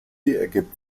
ergibt